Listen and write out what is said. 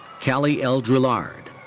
cali l. drouillard.